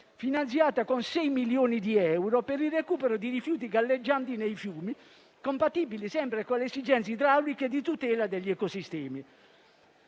finanziata con 6 milioni di euro, per il recupero dei rifiuti galleggianti nei fiumi, compatibile sempre con le esigenze idrauliche di tutela degli ecosistemi.